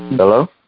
hello